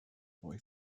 boy